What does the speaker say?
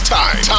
time